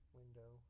window